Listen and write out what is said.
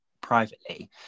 privately